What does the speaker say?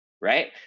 Right